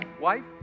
Wife